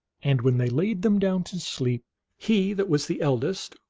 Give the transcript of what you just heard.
and when they laid them down to sleep he that was the eldest,